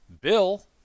Bill